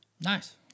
Nice